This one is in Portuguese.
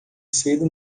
cedo